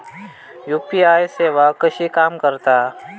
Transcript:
UPI सेवा कशी काम करता?